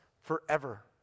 forever